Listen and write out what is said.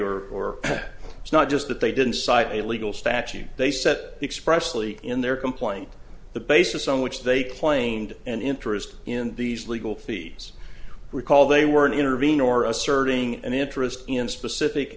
or it's not just that they didn't cite a legal statute they said expressively in their complaint the basis on which they claimed an interest in these legal fees recall they were in intervene or asserting an interest in specific